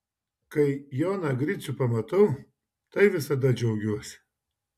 kai joną gricių pamatau tai visada džiaugiuosi